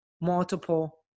multiple